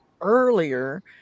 earlier